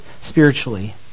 spiritually